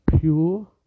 pure